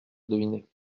deviné